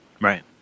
right